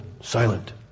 silent